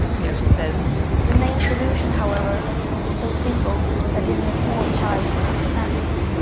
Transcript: and you know she says the main solution however is so simple that even a small child can understand it.